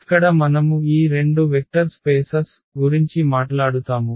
ఇక్కడ మనము ఈ రెండు వెక్టర్ ప్రదేశాల గురించి మాట్లాడుతాము